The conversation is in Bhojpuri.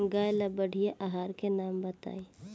गाय ला बढ़िया आहार के नाम बताई?